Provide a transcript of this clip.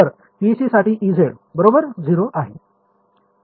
तर PEC साठी Ez बरोबर 0 आहे